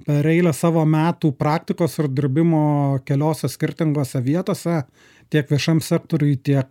per eilę savo metų praktikos ar dirbimo keliose skirtingose vietose tiek viešam sektoriui tiek